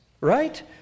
right